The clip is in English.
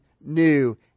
new